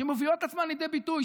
שמביאות את עצמן לידי ביטוי,